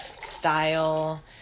style